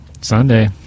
Sunday